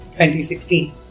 2016